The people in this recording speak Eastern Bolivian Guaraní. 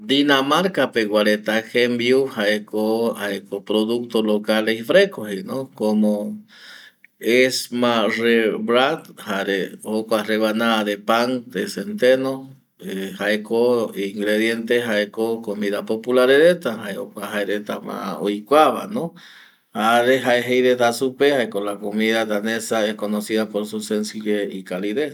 Dinamarka pegua reta jembiu jaeko producto locales y fresco como esmarrebrad jare jokua revanada de pan de centeno jaeko comida popularfes reta jae jokua jaereta ma oikuava jare jae jei reta supe jaeko la comida danesa es conocida por su sencilles y calidez